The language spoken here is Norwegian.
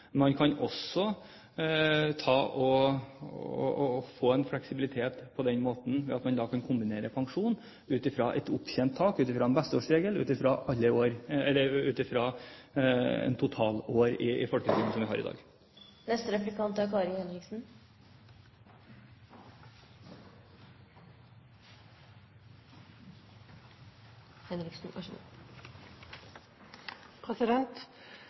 Man kan på den måten også få en fleksibilitet ved at man kan kombinere pensjonen ut fra et opptjent tak, ut fra en besteårsregel, ut fra alle år, eller ut fra totalt antall år i folketrygden, som vi har i dag. Det er